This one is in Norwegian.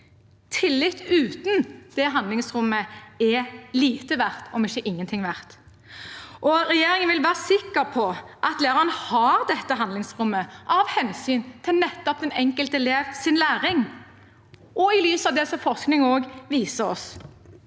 Tillit uten det handlingsrommet er lite verdt – om ikke ingenting verdt. Regjeringen vil være sikker på at læreren har dette handlingsrommet, av hensyn til nettopp den enkelte elevs læring og i lys av det forskning viser.